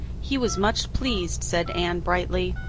he was much pleased, said anne brightly.